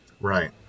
Right